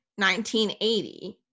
1980